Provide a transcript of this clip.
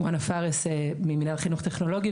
מוהנא פארס ממינהל חינוך טכנולוגי,